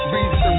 Beats